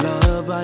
Love